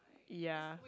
ya